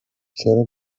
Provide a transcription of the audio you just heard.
چرا